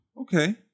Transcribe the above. okay